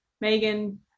Megan